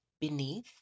beneath